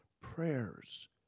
prayers